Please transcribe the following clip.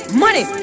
money